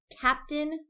Captain